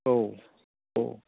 औ औ